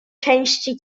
części